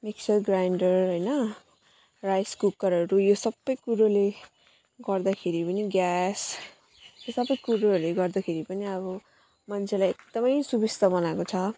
mixer grinder हैन rice कुकरहरू यो सबै कुरोले गर्दाखेरि पनि ग्यास यो सबै कुरोहरूले गर्दाखेरि पनि अब मान्छेलाई एकदमै सुविस्ता बनाएको छ